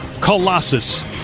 Colossus